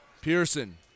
Pearson